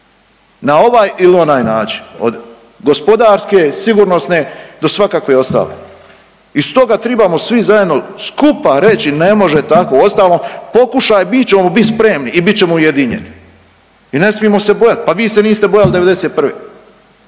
na ovaj ili onaj način, od gospodarske, sigurnosne do svakakve ostale i stoga tribamo svi zajedno skupa reći, ne može tako. Uostalom, pokušaj, mi ćemo bit spremni i bit ćemo ujedinjeni i ne smijemo se bojat. Pa vi se niste bojali '91.